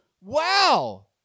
wow